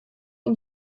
ihm